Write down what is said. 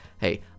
Hey